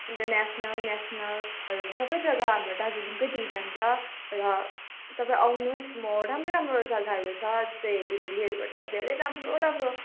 enter national नेसनलहरू सबै जगा हाम्रो दार्जिलिङकै टी जान्छ र तपाईँ आउनु होस् म राम्रो राम्रो जगाहरू छ जस्तै ह्याप्पी भ्यालीहरूबाट धेरै राम्रो राम्रो टिहरू